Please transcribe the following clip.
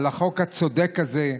על החוק הצודק הזה.